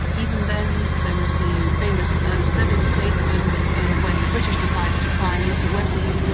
even then there was the famous ernest bevin statement and when the british decided to acquire nuclear weapons,